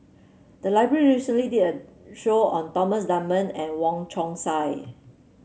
the library recently did a show on Thomas Dunman and Wong Chong Sai